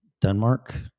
Denmark